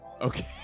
Okay